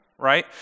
right